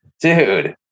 dude